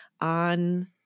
on